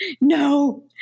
no